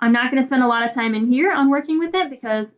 i'm not going to spend a lot of time in here on working with it because